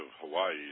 Hawaii